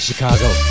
Chicago